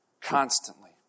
constantly